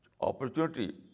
opportunity